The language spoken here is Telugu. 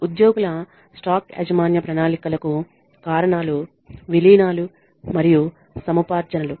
ఉద్యోగుల స్టాక్ యాజమాన్య ప్రణాళికలకు కారణాలు విలీనాలు మరియు సముపార్జనలు